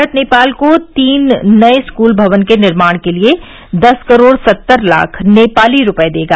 भारत नेपाल को तीन नए स्कूल भवन के निर्माण के लिए दस करोड़ सत्तर लाख नेपाली रुपये देगा